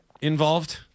involved